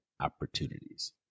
opportunities